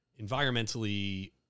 environmentally